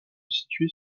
situait